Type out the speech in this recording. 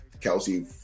Kelsey